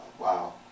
Wow